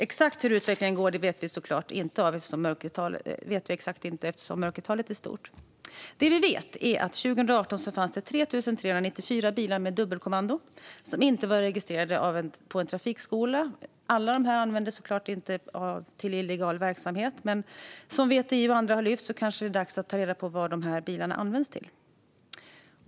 Exakt hur det utvecklas vet vi såklart inte, eftersom mörkertalet är stort. Det vi vet är att det 2018 fanns 3 394 bilar med dubbelkommando som inte var registrerade på trafikskolor. Alla användes såklart inte i illegal verksamhet, men som VTI och andra har lyft fram är det kanske dags att ta reda på vad de bilarna används till.